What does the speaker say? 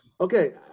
Okay